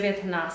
19